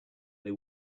they